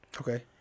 Okay